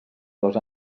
dos